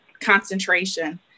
concentration